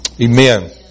Amen